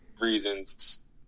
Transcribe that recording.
reasons